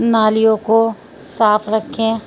نالیوں کو صاف رکھیں